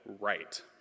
right